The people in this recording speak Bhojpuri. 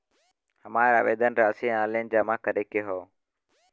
हमार आवेदन राशि ऑनलाइन जमा करे के हौ?